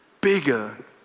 bigger